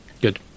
good